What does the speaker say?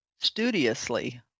studiously